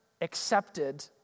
accepted